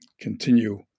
continue